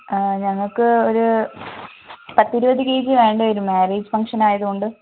ഞങ്ങൾക്ക് ഒരു പത്തിരുപത് കെ ജി വേണ്ടിവരും മാര്യേജ് ഫങ്ക്ഷന് ആയതുകൊണ്ട്